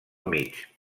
mig